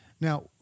Now